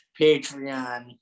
Patreon